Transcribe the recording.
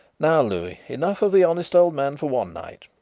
now, louis, enough of the honest old man for one night.